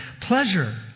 Pleasure